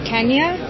Kenya